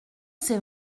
c’est